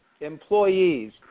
employees